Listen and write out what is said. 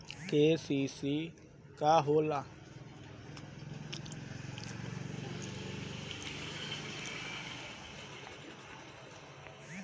KCC का होला?